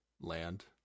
land